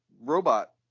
robot